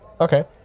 Okay